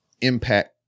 impact